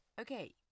Okay